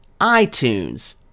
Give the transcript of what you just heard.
iTunes